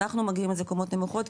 אנחנו מגדירים את זה קומות נמוכות,